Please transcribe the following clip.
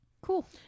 cool